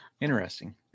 interesting